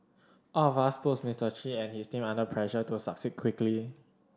all of which puts Mister Chi and his team under pressure to succeed quickly